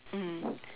mm